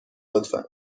لطفا